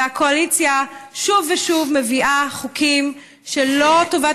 והקואליציה שוב ושוב מביאה חוקים כשלא טובת